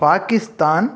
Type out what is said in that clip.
Pakistan